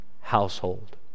household